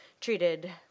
treated